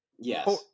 yes